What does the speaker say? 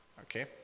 Okay